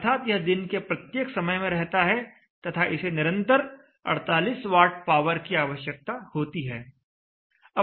अर्थात यह दिन के प्रत्येक समय में रहता है तथा इसे निरंतर 48 वाट पावर की आवश्यकता होती है